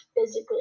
physically